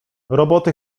roboty